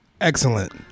Excellent